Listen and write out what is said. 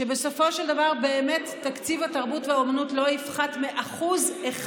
שבסופו של דבר תקציב התרבות והאומנות לא יפחת מ-1%,